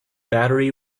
battery